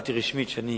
הודעתי רשמית שאני